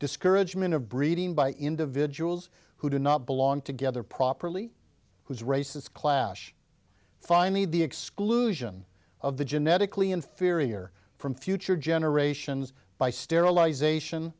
discouragement of breeding by individuals who do not belong together properly whose race is clash finally the exclusion of the genetically inferior from future generations by sterilization